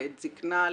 לעת זקנה,